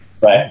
right